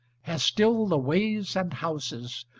has still the ways and houses,